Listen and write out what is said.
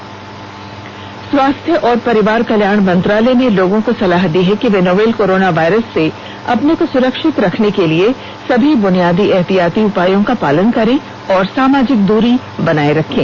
advisory स्वास्थ्य और परिवार कल्याण मंत्रालय ने लोगों को सलाह दी है कि वे नोवल कोरोना वायरस से अपने को सुरक्षित रखने के लिए सभी बुनियादी एहतियाती उपायों का पालन करें और सामाजिक दूरी बनाए रखें